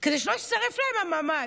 כדי שלא יישרף להם הממ"ד.